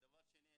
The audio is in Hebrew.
דבר שני,